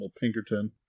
Pinkerton